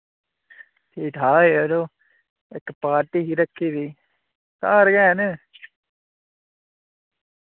ठीक ठाक यरो इक पार्टी ही रक्खी दी घर गै न